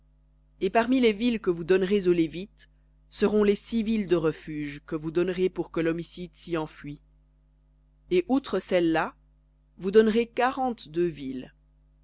et les villes que vous donnerez aux lévites seront les six villes de refuge que vous donnerez pour que l'homicide s'y enfuie et outre celles-là vous donnerez quarante-deux villes